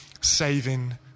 saving